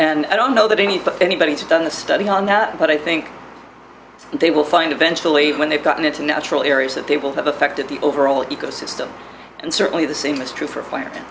and i don't know that any anybody done a study on that but i think they will find eventually when they've gotten into natural areas that they will have affected the overall ecosystem and certainly the same is true for plant